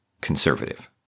conservative